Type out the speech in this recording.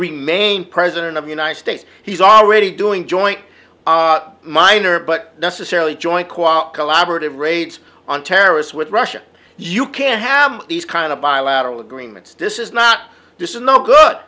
remain president of the united states he's already doing joint minor but necessarily joint kwok collaborative raids on terrorists with russia you can have these kind of bilateral agreements this is not this is not good